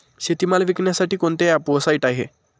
शेतीमाल विकण्यासाठी कोणते ॲप व साईट आहेत?